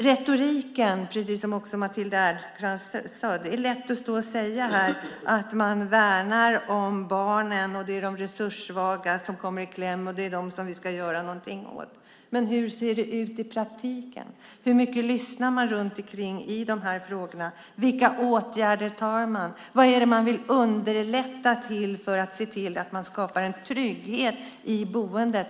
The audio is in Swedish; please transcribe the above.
Precis som Matilda Ernkrans sade är det lätt att här stå och säga att man värnar om barnen och att det är de resurssvaga som kommer i kläm, att det är dem som vi ska göra någonting för. Men hur ser det ut i praktiken? Hur mycket lyssnar man i de här frågorna? Vilka åtgärder vidtar man? Vad är det man vill underlätta för när det gäller att se till att man skapar en trygghet i boendet?